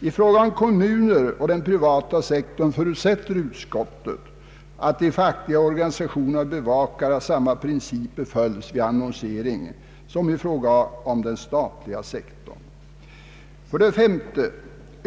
I fråga om kommuner och den privata sektorn förutsätter utskottet att de fackliga organisa tionerna bevakar att samma principer följs vid annonsering. 5.